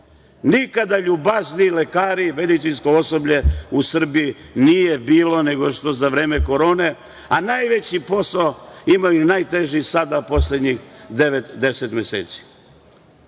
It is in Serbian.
Nikada ljubazniji lekari i medicinsko osoblje u Srbiji nije bilo nego što je za vreme korone, a najveći posao imaju i najteži sada poslednjih devet, 10 meseci. Ja